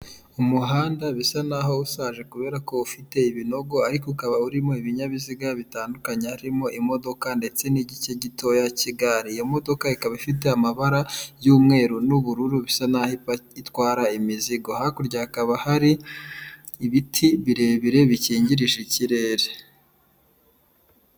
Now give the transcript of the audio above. Umuhanda bisa naho ushaje kubera ko ufite ibinogo ariko ukaba urimo ibinyabiziga bitandukanye, harimo imodoka ndetse n'igice gitoya cy'igare, iyo modoka ikaba ifite amabara y'umweru n'ubururu bisa n'aho itwara imizigo, hakurya hakaba hari ibiti birebire bikingirije ikirere.